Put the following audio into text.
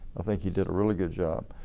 i think he did a really good job.